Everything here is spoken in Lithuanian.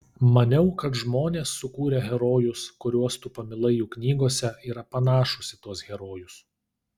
maniau kad žmonės sukūrę herojus kuriuos tu pamilai jų knygose yra panašūs į tuos herojus